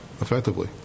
effectively